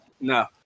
no